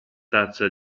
tazza